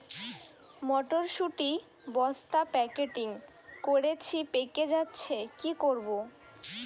মটর শুটি বস্তা প্যাকেটিং করেছি পেকে যাচ্ছে কি করব?